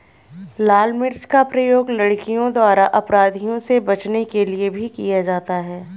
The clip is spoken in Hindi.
लाल मिर्च का प्रयोग लड़कियों द्वारा अपराधियों से बचने के लिए भी किया जाता है